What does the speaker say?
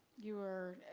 you're